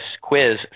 quiz